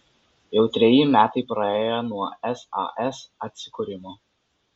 jau treji metai praėjo nuo sas atsikūrimo